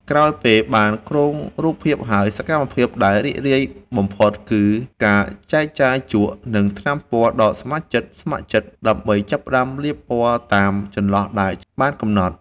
ក្រោយពេលបានគ្រោងរូបភាពហើយ សកម្មភាពដែលរីករាយបំផុតគឺការចែកចាយជក់ និងថ្នាំពណ៌ដល់សមាជិកស្ម័គ្រចិត្តដើម្បីចាប់ផ្ដើមលាបពណ៌តាមចន្លោះដែលបានកំណត់។